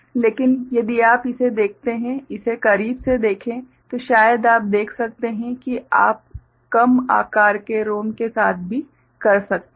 लेकिन यदि आप इसे देखते हैं इसे करीब से देखें तो शायद आप देख सकते हैं कि आप कम आकार के ROM के साथ भी कर सकते हैं